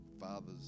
fathers